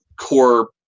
core